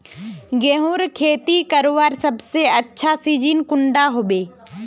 गेहूँर खेती करवार सबसे अच्छा सिजिन कुंडा होबे?